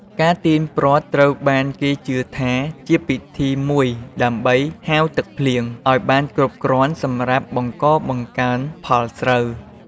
ការទាញព្រ័ត្រត្រូវបានគេជឿថាជាពិធីមួយដើម្បី ហៅទឹកភ្លៀង ឱ្យបានគ្រប់គ្រាន់សម្រាប់បង្កបង្កើនផលស្រូវ។